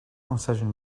incision